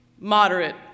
moderate